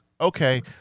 Okay